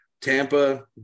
Tampa